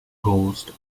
ghost